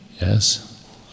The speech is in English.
yes